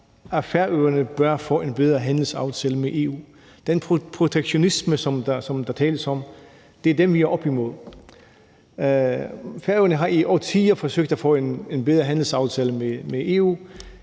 at Færøerne bør få en bedre handelsaftale med EU. Den protektionisme, som der tales om, er den, vi er oppe imod. Færøerne har i årtier forsøgt at få en bedre handelsaftale med EU,